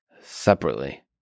separately